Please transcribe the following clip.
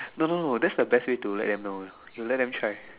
no no no that's the best way to let them know you know you let them try